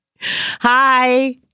Hi